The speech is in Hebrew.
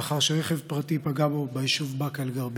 לאחר שרכב פרטי פגע בו ביישוב באקה אל-גרבייה.